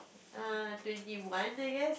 err twenty one I guess